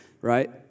right